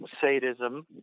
sadism